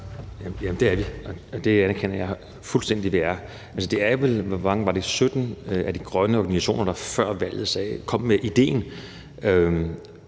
Det er vi, og det anerkender jeg fuldstændig vi er. Jeg mener, at det var 17 af de grønne organisationer, der før valget kom med idéen